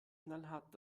knallhart